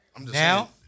Now